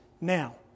now